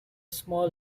small